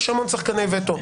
יש המון שחקני וטו.